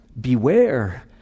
Beware